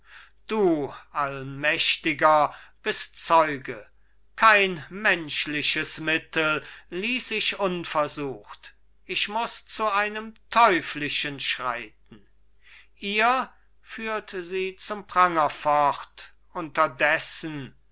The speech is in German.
du allmächtiger bist zeuge kein menschliches mittel ließ ich unversucht ich muß zu einem teuflischen schreiten ihr führt sie zum pranger fort unterdessen